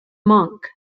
monk